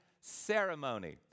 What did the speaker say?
ceremony